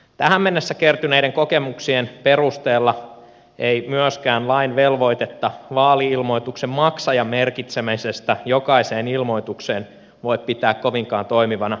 tähän mennessä kertyneiden kokemusten perusteella ei myöskään lain velvoitetta vaali ilmoituksen maksajan merkitsemisestä jokaiseen ilmoitukseen voi pitää kovinkaan toimivana